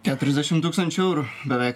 keturiasdešim tūkstančių eurų beveik